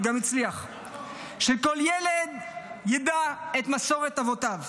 וגם הצליח: שכל ילד ידע את מסורת אבותיו.